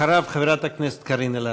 אחריו, חברת הכנסת קארין אלהרר.